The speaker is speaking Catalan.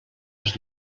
als